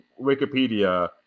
wikipedia